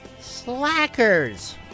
Slackers